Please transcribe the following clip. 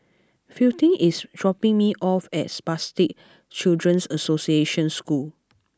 Fielding is dropping me off at Spastic Children's Association School